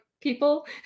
people